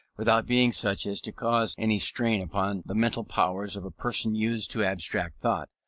without being such as to cause any strain upon the mental powers of a person used to abstract thought,